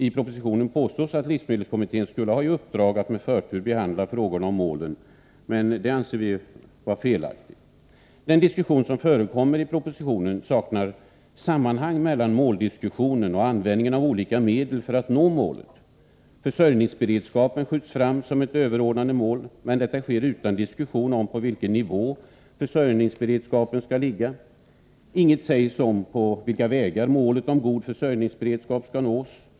I propositionen påstås att livsmedelskommittén skulle ha i uppdrag att med förtur behandla dessa frågor, men det anser vi vara felaktigt. Den diskussion som förekommer i propositionen saknar sammanhang mellan måldiskussionen och användningen av olika medel för att kunna nå målet. Försörjningsberedskapen skjuts fram som ett överordnat mål, men detta sker utan diskussion om på vilken nivå försörjningsberedskapen skall ligga. Inget sägs om på vilka vägar målet om god försörjningsberedskap skall nås.